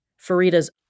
Farida's